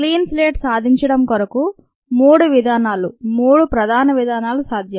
clean slate సాధించడం కొరకు మూడు విధానాలు మూడు ప్రధాన విధానాలు సాధ్యం